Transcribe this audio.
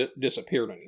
disappeared